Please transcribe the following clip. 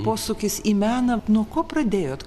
posūkis į meną nuo ko pradėjot